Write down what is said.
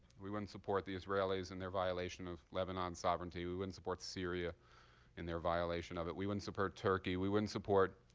we wouldn't support the israelis in their violation of lebanon's sovereignty. we wouldn't support syria in their violation of it. we wouldn't support turkey. we wouldn't support